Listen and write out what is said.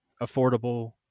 affordable